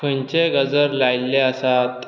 खंयचेय गजर लायल्ले आसात